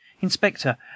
Inspector